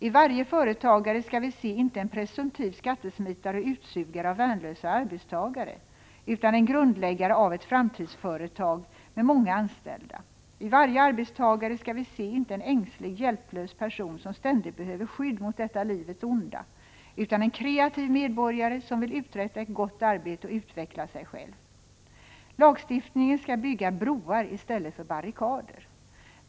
I varje företagare skall vi se inte en presumtiv skattesmitare och utsugare av värnlösa arbetstagare, utan en grundläggare av ett framtidsföretag med många anställda; i varje arbetstagare skall vi se inte en ängslig, hjälplös person som ständigt behöver skydd mot detta livets onda, utan en kreativ medborgare som vill uträtta ett gott arbete och utveckla sig själv. Lagstiftningen skall bygga broar i stället för barrikader.